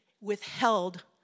withheld